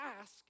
ask